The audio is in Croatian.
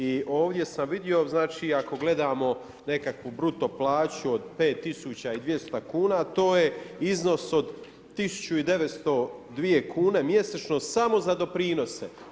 I ovdje sam vidio, znači i ako gledamo nekakvu bruto plaću od 5200 kuna a to je iznos od 1902 kune mjesečno samo za doprinose.